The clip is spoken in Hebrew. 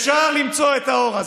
אפשר למצוא את האור הזה,